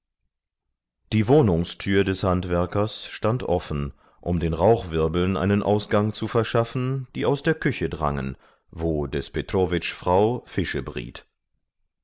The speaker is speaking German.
die wohnungstür des handwerkers stand offen um den rauchwirbeln einen ausgang zu verschaffen die aus der küche drangen wo des petrowitsch frau fische briet